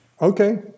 okay